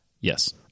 Yes